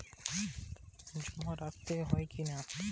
ঋণ নিতে কোনো বন্ধকি জমা রাখতে হয় কিনা?